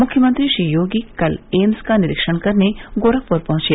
मुख्यमंत्री श्री योगी कल एम्स का निरीक्षण करने गोरखपुर पहंचे